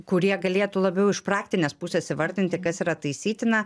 kurie galėtų labiau iš praktinės pusės įvardinti kas yra taisytina